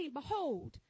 behold